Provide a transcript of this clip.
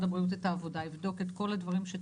הבריאות את העבודה ויבדוק את כל הדברים שצריך.